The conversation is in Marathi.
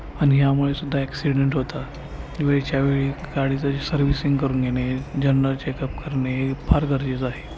आणि यामुळे सुद्धा ॲक्सिडेंट होता वेळच्या वेळी गाडीचं सर्व्हिसिंग करून घेणे जनरल चेकअप करणे हे फार गरजेचं आहे